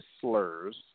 slurs